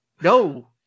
no